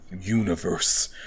universe